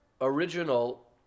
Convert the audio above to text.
original